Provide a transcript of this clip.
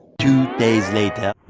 two days later.